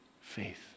faith